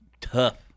tough